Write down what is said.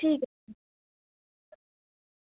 ठीक ऐ